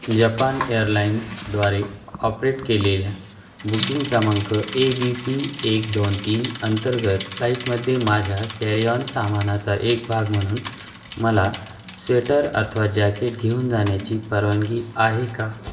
Japan airlines द्वारे operate केलेल्या booking क्रमांक ए बी सी एक दोन तीन अंतर्गत फ्लाईटमध्ये माझ्या कॅरीऑन सामानाचा एक भाग म्हणून मला स्वेटर अथवा जॅकेट घेऊन जाण्याची परवानगी आहे का